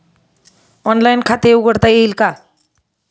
Online खाते उघडता येईल का?